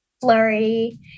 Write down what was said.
Flurry